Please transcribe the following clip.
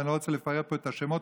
ואני לא רוצה לפרט פה את השמות,